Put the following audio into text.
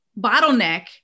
bottleneck